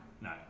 no